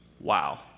Wow